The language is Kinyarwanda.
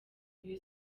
uyu